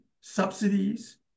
subsidies